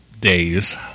days